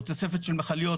או תוספת של מכליות,